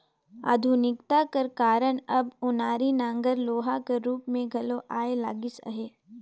आधुनिकता कर कारन अब ओनारी नांगर लोहा कर रूप मे घलो आए लगिस अहे